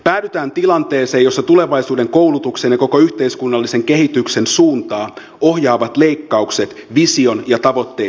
päädytään tilanteeseen jossa tulevaisuuden koulutuksen ja koko yhteiskunnallisen kehityksen suuntaa ohjaavat leikkaukset vision ja tavoitteiden sijaan